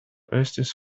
estis